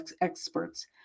experts